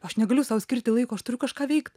aš negaliu sau skirti laiko aš turiu kažką veikt